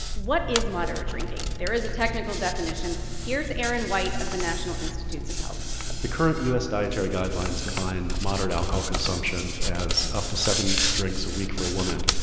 what is moderate drinking? there is a technical definition. here's aaron white of the national institutes of health the current u s. dietary guidelines define moderate alcohol consumption as up to seven drinks a week for a woman,